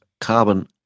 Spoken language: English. Carbon